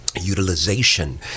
utilization